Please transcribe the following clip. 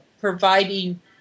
providing